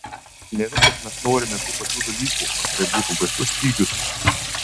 ne visos mes norime tų pačių dalykų antraip būtų baisus stygius